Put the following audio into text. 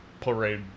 parade